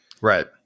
Right